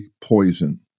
poison